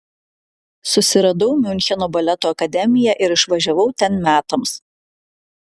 susiradau miuncheno baleto akademiją ir išvažiavau ten metams